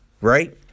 right